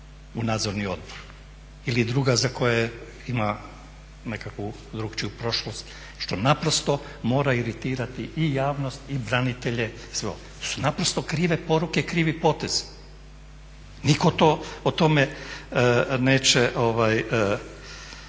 u nadzorni odbor ili druga za koje ima nekakvu drukčiju prošlost što naprosto mora iritirati i javnost i branitelje i …/Govornik se ne razumije./…. To su naprosto krive poruke, krivi potezi. Nitko to, o tome neće,